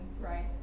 right